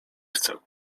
chcę